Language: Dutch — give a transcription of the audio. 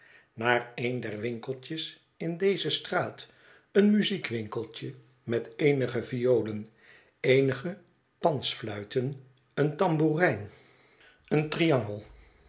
naar een der winkeltjes in deze straat een muziekwinkeltje met eenige violen eenige pansfluiten een tamboerijn een